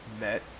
met